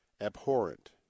abhorrent